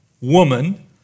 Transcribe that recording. woman